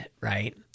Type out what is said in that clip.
Right